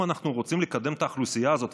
אם אנחנו רוצים לקדם את האוכלוסייה הזאת,